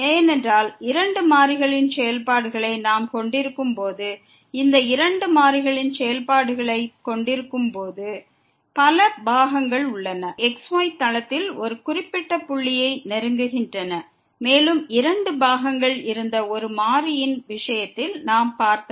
ஏனென்றால் இரண்டு மாறிகளின் செயல்பாடுகளை நாம் கொண்டிருக்கும்போது இந்த இரண்டு மாறிகளின் செயல்பாடுகளைக் கொண்டிருக்கும்போது பல பாகங்கள் உள்ளன அவை xy தளத்தில் ஒரு குறிப்பிட்ட புள்ளியை நெருங்குகின்றன மேலும் இரண்டு பாகங்கள் இருந்த ஒரு மாறியின் விஷயத்தில் நாம் பார்த்தவை